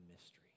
mystery